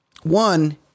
one